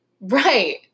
Right